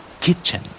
Kitchen